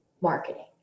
marketing